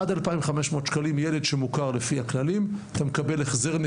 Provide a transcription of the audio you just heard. עד 2,500 שקלים ילד שמוכר לפי הכללים אתה מקבל החזר.